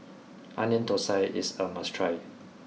Onion Thosai is a must try